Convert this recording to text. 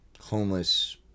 homeless